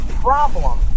problem